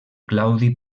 claudi